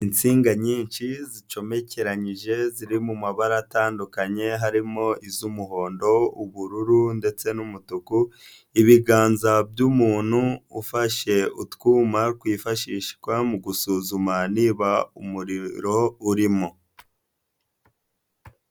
Insinga nyinshi zicomekeranyije ziri mu mabara atandukanye harimo iz'umuhondo, ubururu ndetse n'umutuku, ibiganza by'umuntu ufashe utwuma twifashishwa mu gusuzuma niba umuriro urimo.